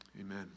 amen